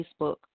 Facebook